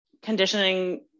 conditioning